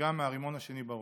נפגע מהרימון השני בראש.